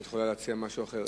שאת יכולה להציע משהו אחר.